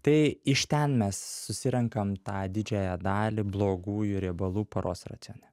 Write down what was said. tai iš ten mes susirenkam tą didžiąją dalį blogųjų riebalų paros racione